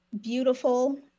beautiful